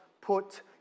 put